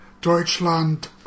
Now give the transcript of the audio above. Deutschland